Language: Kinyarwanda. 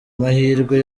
mahirwe